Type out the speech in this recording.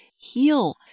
heal